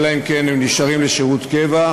אלא אם כן הם נשארים לשירות קבע,